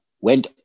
went